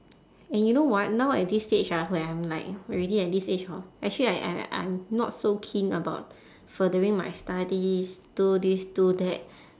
and you know what now at this stage ah where I'm like already at this age hor actually I I I'm not so keen about furthering my studies do this do that